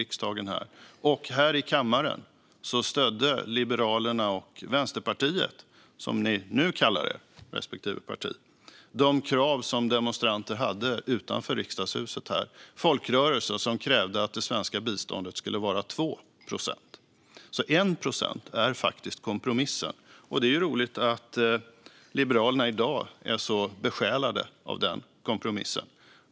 I kammaren stödde Liberalerna och Vänsterpartiet, som ni nu kallar era respektive partier, de krav som demonstranterna utanför Riksdagshuset hade. Det var folkrörelser som krävde att det svenska biståndet skulle vara 2 procent, så 1 procent är faktiskt kompromissen. Det är ju roligt att Liberalerna i dag är så besjälade av den kompromissen.